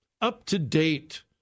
up-to-date